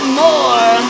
more